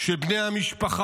של בני המשפחה,